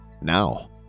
now